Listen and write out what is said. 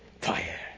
fire